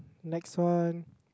next one